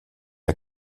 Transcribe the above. der